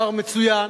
שר מצוין,